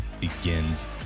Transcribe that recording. begins